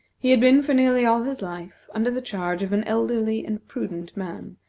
he had been for nearly all his life under the charge of an elderly and prudent man,